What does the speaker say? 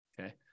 okay